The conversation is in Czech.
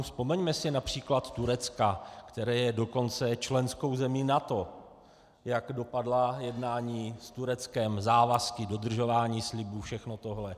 Vzpomeňme si např. Turecka, které je dokonce členskou zemí NATO, jak dopadla jednání s Tureckem, závazky, dodržování slibů, všechno tohle.